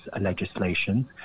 legislation